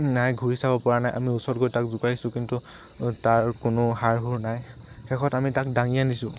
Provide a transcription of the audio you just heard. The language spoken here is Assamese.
নাই ঘূৰি চাব পৰা নাই আমি ওচৰত গৈ তাক জোকাৰিছোঁ কিন্তু তাৰ কোনো সাৰ সুৰ নাই শেষত আমি তাক দাঙি আনিছোঁ